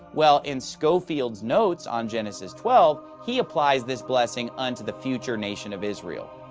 well, in scofield's notes on genesis twelve, he applies this blessing unto the future nation of israel.